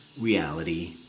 reality